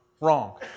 Wrong